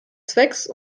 zwecks